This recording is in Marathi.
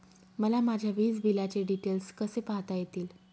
मला माझ्या वीजबिलाचे डिटेल्स कसे पाहता येतील?